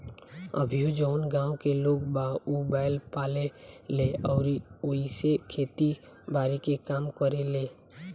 अभीओ जवन गाँव के लोग बा उ बैंल पाले ले अउरी ओइसे खेती बारी के काम करेलें